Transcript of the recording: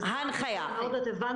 את הבנת אותי מצוין.